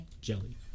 Jelly